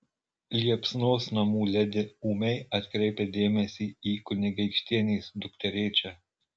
liepsnos namų ledi ūmiai atkreipia dėmesį į kunigaikštienės dukterėčią